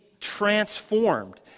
transformed